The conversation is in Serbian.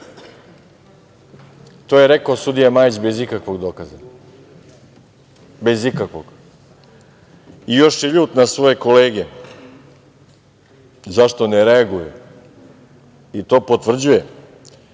je rekao sudija Majić bez ikakvog dokaza. Bez ikakvog. I još je ljut na svoje kolege zašto ne reaguju i to potvrđuje